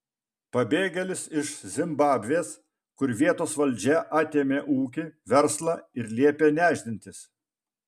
pabėgėlis iš zimbabvės kur vietos valdžia atėmė ūkį verslą ir liepė nešdintis